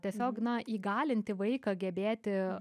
tiesiog na įgalinti vaiką gebėti